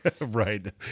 Right